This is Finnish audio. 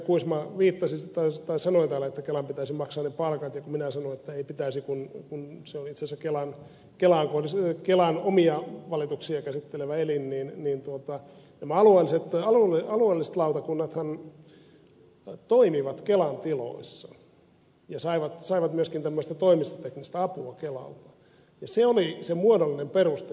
kuisma viittasi tai sanoi täällä että kelan pitäisi maksaa ne palkat ja kun minä sanoin että ei pitäisi kun se on itse asiassa kelan omia valituksia käsittelevä elin niin nämä alueelliset lautakunnathan toimivat kelan tiloissa ja saivat myöskin tämmöistä toimistoteknistä apua kelalta ja se oli se muodollinen peruste jolla ne lakkautettiin